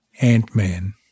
Ant-Man